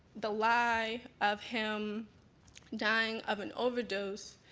the why of him dying of an overdose,